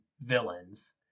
villains